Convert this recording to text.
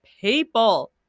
people